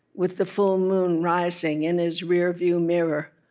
with the full moon rising in his rearview mirror,